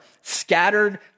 scattered